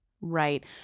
Right